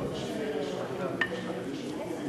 תסביר לנו קצת על ש"ס.